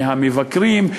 מהמבקרים,